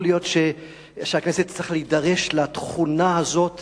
יכול להיות שהכנסת תצטרך להידרש לתכונה הזאת